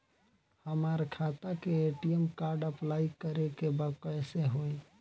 हमार खाता के ए.टी.एम कार्ड अप्लाई करे के बा कैसे होई?